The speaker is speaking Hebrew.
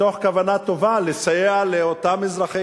מתוך כוונה טובה לסייע לאותם אזרחי